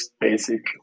basic